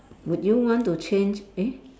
would you want to change eh